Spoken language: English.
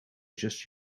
just